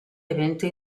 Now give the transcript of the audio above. evento